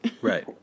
Right